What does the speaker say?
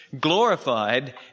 glorified